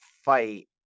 fight